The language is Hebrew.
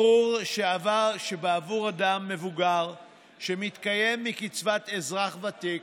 ברור שבעבור אדם מבוגר שמתקיים מקצבת אזרח ותיק,